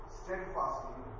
steadfastly